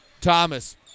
Thomas